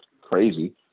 crazy